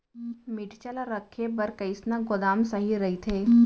मिरचा ला रखे बर कईसना गोदाम सही रइथे?